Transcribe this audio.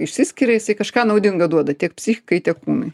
išsiskiria kažką naudinga duoda tiek psichikai tiek kūnui